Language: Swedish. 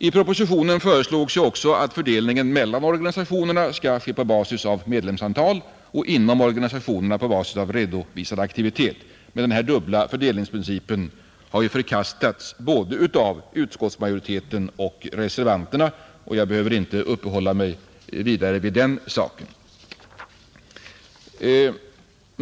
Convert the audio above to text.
I propositionen föreslogs också att fördelningen mellan organisationerna skulle ske på basis av medlemsantal och inom organisationerna på basis av redovisad aktivitet, men denna dubbla fördelningsprincip har ju förkastats både av utskottsmajoriteten och av reservanterna, så jag behöver inte uppehålla mig vidare vid den saken.